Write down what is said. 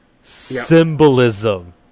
Symbolism